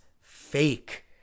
fake